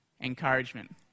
encouragement